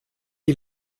est